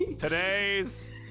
Today's